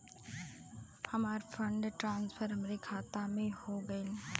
हमार fund transfer हमरे खाता मे वापस हो गईल